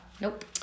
Nope